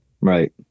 right